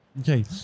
Okay